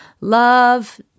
love